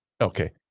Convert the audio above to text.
Okay